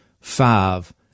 five